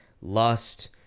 lust